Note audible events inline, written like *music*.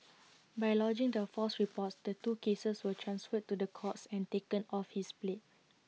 *noise* by lodging the false reports the two cases were transferred to the courts and taken off his plate